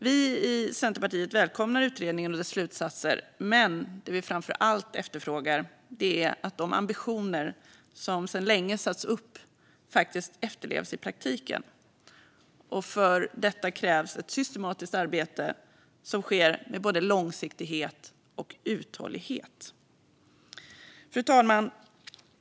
Vi i Centerpartiet välkomnar utredningen och dess slutsatser, men det vi framför allt efterfrågar är att de ambitioner som satts upp för länge sedan faktiskt efterlevs i praktiken. För detta krävs ett systematiskt arbete som sker med både långsiktighet och uthållighet. Fru talman!